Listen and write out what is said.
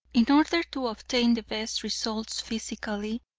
in order to obtain the best results physically,